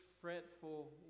fretful